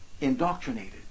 indoctrinated